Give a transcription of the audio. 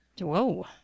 Whoa